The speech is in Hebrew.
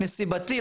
נסיבתי,